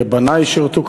ובני שירתו,